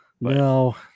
no